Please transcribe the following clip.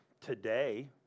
today